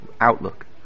outlook